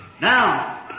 Now